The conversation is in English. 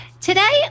Today